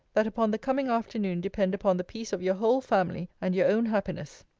that upon the coming afternoon depend upon the peace of your whole family, and your own happiness.